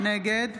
נגד